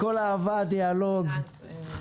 הכול אהבה, דיאלוג,